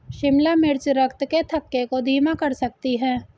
शिमला मिर्च रक्त के थक्के को धीमा कर सकती है